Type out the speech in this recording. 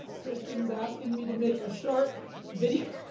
ah kristin's asking me to make a short video